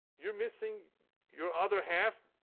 you're missing your other half.